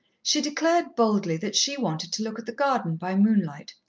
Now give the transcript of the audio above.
she declared boldly that she wanted to look at the garden by moonlight.